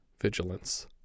vigilance